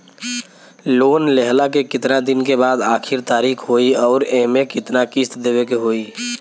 Loan लेहला के कितना दिन के बाद आखिर तारीख होई अउर एमे कितना किस्त देवे के होई?